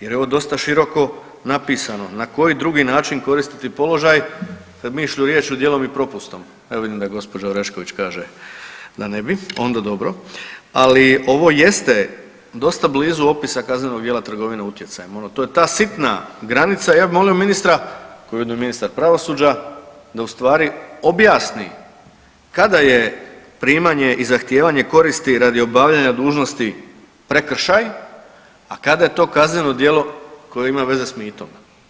jer je ovo dosta široko napisano, na koji drugi način koristiti položaj, mišlju, riječju, djelom i propustom, evo vidim da gospođa Orešković kaže da ne bi, onda dobro, ali ovo jeste dosta blizu opisa kaznenog djela trgovine utjecajem, to je ta sitna granica, ja bi molio ministra, koji je ujedno ministar pravosuđa, da u stvari objasni kada je primanje i zahtijevanje koristi radi obavljanja dužnosti prekršaj, a kada je to kazneno djelo koje ima veze s mitom.